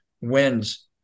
wins